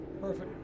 Perfect